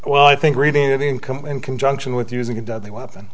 well i think reading that income in conjunction with using a deadly weapon